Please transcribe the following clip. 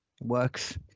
works